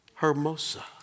Hermosa